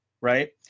right